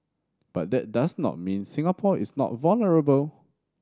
but that does not mean Singapore is not vulnerable